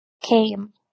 came